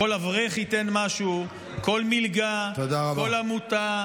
כל אברך ייתן משהו, כל מלגה, כל עמותה.